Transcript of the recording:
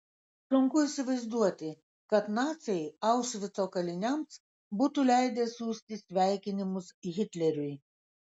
sunku įsivaizduoti kad naciai aušvico kaliniams būtų leidę siųsti sveikinimus hitleriui